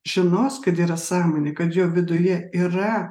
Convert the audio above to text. žinos kad yra sąmonė kad jo viduje yra